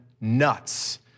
nuts